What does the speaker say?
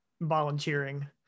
volunteering